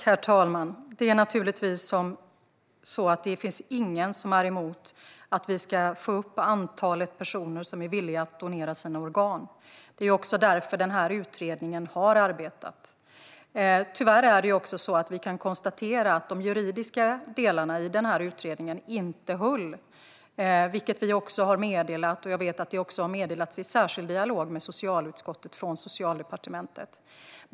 Herr talman! Det finns naturligtvis ingen som är emot att vi ska få upp antalet personer som är villiga att donera sina organ. Det är också därför denna utredning har arbetat. Tyvärr är det så att vi kan konstatera att de juridiska delarna i utredningen inte höll, vilket vi också har meddelat. Jag vet att detta även har meddelats från Socialdepartementet i särskild dialog med socialutskottet.